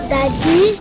Daddy